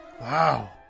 Wow